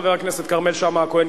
חבר הכנסת כרמל שאמה הכהן,